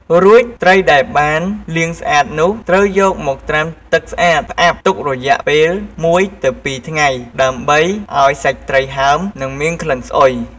រួចត្រីដែលបានលាងស្អាតនោះ ត្រូវយកមកត្រាំទឹកស្អាត ផ្អាប់ទុករយៈពេល ១ ទៅ ២ ថ្ងៃ ដើម្បីឱ្យសាច់ត្រីហើម និងមានក្លិនស្អុយ។